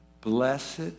Blessed